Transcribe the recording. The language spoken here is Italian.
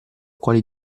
quali